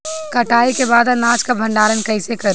कटाई के बाद अनाज का भंडारण कईसे करीं?